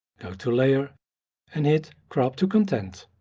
go to layer and hit crop to content.